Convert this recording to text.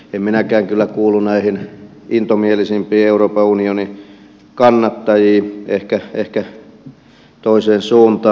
en minäkään kyllä kuulu näihin intomielisimpiin euroopan unionin kannattajiin ehkä toiseen suuntaan